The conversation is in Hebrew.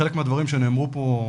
חלק מהדברים שנאמרו פה,